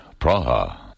Praha